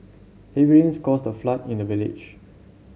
heavy rains caused a flood in the village